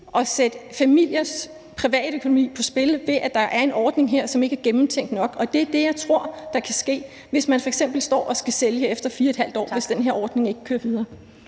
at sætte familiers privatøkonomi på spil, ved at der er en ordning, der ikke er ordentligt gennemtænkt. Det er det, jeg tror der kan ske, hvis man f.eks. står og skal sælge efter 4½ år og den her ordning ikke kører videre.